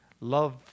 love